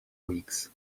weeks